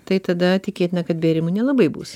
tai tada tikėtina kad bėrimų nelabai bus